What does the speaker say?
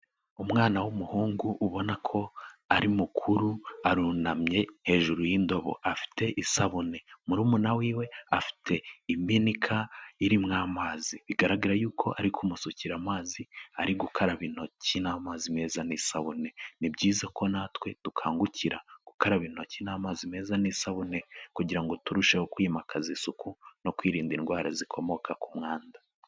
Umwana w'umuhungu ubona ko ari mukuru arunamye hejuru y'indobo afite isabune, murumuna w'iwe afite ibinika irimo amazi, bigaragara y'uko ari kumusukira amazi ari gukaraba intoki n'amazi meza n'isabune, ni byiza ko natwe dukangukira gukaraba intoki n'amazi meza n'isabune kugira ngo turusheho kwimakaza isuku no kwirinda indwara zikomoka ku mwanda.